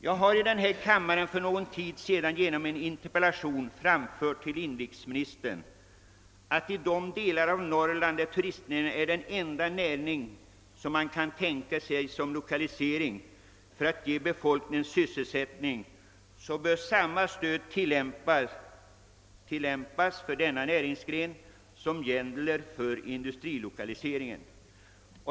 Jag har i denna kammare för någon tid sedan i en interpellation framfört den åsikten till inrikesministern, att i de delar av Norrland, där turistnäringen är den enda näring som man kan tänka sig som lokaliseringsobjekt för att ge befolkningen sysselsättning, bör samma stöd ges åt den som åt industrilokaliseringen.